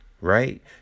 Right